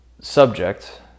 subject